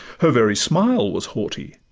her very smile was haughty,